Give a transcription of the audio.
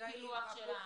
גילאים וכו'.